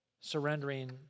surrendering